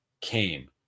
came